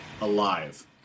alive